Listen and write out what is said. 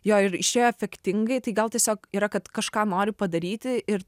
jo ir išėjo efektingai tai gal tiesiog yra kad kažką nori padaryti ir